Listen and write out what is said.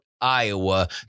Iowa